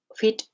Fit